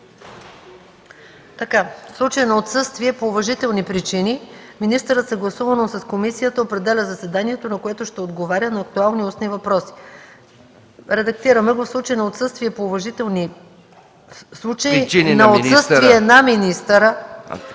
„В случай на отсъствие по уважителни причини, министърът съгласувано с комисията определя заседанието, на което ще отговаря на актуални устни въпроси.” Редактираме го: „В случай на отсъствие на министъра